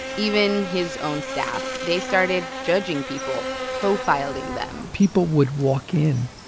even his own staff. they started judging people, profiling them people would walk in,